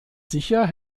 sicher